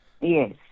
Yes